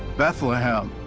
bethlehem,